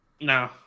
No